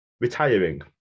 retiring